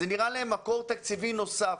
זה נראה להם מקור תקציבי נוסף.